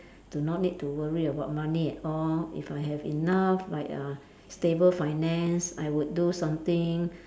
do not need to worry about money at all if I have enough like uh stable finance I would do something